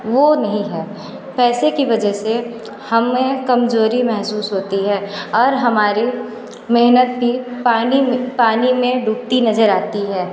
वो नहीं है पैसे की वजह से हमें कमज़ोरी महसूस होती है और हमारी मेहनत भी पानी में पानी में डूबती नज़र आती है